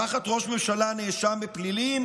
תחת ראש ממשלה נאשם בפלילים